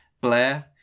blair